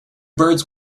birds